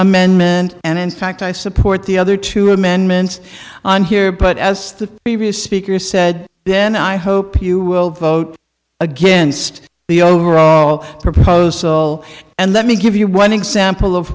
amendment and in fact i support the other two amendments on here but as the previous speaker said then i hope you will vote against the overall proposal and let me give you one example of